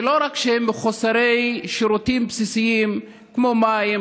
שלא רק שהם מחוסרי שירותים בסיסיים כמו מים,